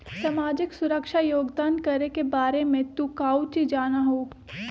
सामाजिक सुरक्षा योगदान करे के बारे में तू काउची जाना हुँ?